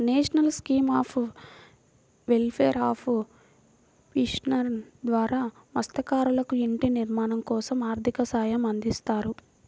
national scheme of welfare of fishermen ద్వారా మత్స్యకారులకు ఇంటి నిర్మాణం కోసం ఆర్థిక సహాయం అందిస్తారు